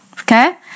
Okay